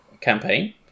campaign